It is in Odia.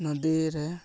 ନଦୀରେ